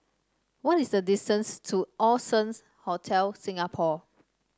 what is the distance to Allson's Hotel Singapore